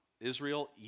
Israel